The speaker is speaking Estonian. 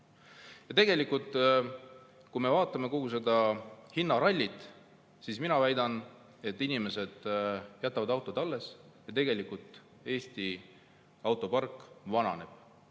Tegelikult, kui me vaatame kogu seda hinnarallit, siis ma väidan, et inimesed jätavad autod alles ja Eesti autopark vananeb.